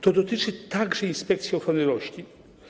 To dotyczy także inspekcji ochrony roślin.